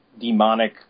demonic